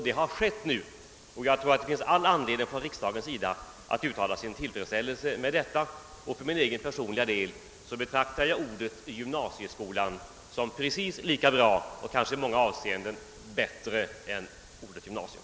Det har skett nu, och jag tror att det finns all anledning från riksdagens sida att uttala sin tillfredsställelse med detta. För min egen personliga del betraktar jag ordet gymnasieskola som precis lika bra och kanske i många avseenden bättre än ordet gymnasium.